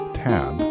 tab